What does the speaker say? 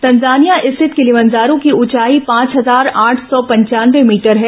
Tanzania स्थित Kilimanjaro की ऊंचाई पांच हजार आठ सौ पंचानवे मीटर है